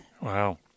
Wow